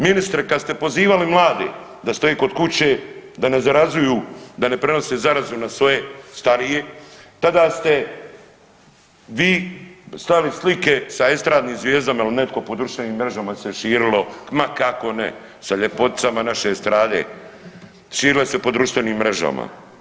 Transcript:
Ministre kad ste pozivali mlade da stoje kod kuće da ne zarazuju, da ne prenose zarazu na svoje starije tada ste vi slali slike sa estradnim zvijezdama ili netko po društvenim mrežama se je širilo, ma kako ne sa ljepoticama naše estrade, širile se po društvenim mrežama.